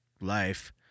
life